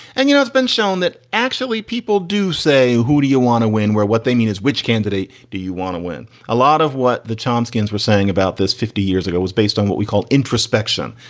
and, you know, it's been shown that actually people do say, who do you want to win where? what they mean as which candidate do you want to win? a lot of what the chomsky were saying about this fifty years ago was based on what we called introspection.